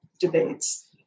debates